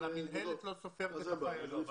בסדר.